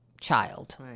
child